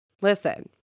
Listen